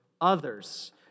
others